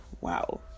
Wow